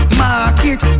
market